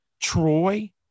Troy